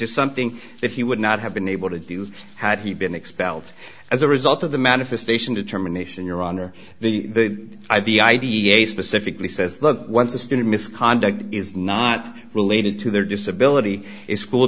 is something that he would not have been able to do had he been expelled as a result of the manifestation determination your honor the the i d f specifically says look once a student misconduct is not related to their disability is school